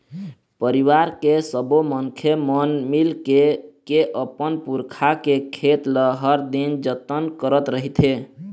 परिवार के सब्बो मनखे मन मिलके के अपन पुरखा के खेत ल हर दिन जतन करत रहिथे